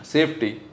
Safety